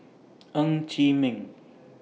Ng Chee Meng